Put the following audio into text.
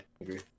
agree